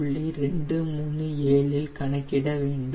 237 இல் கணக்கிட வேண்டும்